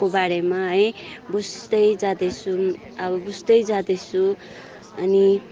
कोबारेमा है बुझ्दै जाँदैछौँ अब बुझ्दै जाँदैछु अनि